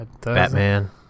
batman